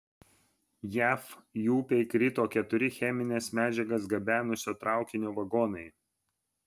jav į upę įkrito keturi chemines medžiagas gabenusio traukinio vagonai